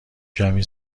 کمی